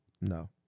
No